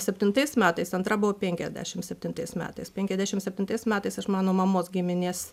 septintais metais antra buvo penkiasdešim septintais metais penkiasdešim septintais metais iš mano mamos giminės